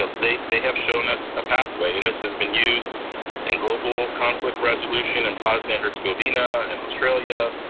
ah they they have shown us a pathway, and this has been used in global conflict resolution in bosnia and herzegovina, and australia.